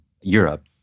Europe